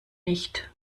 nicht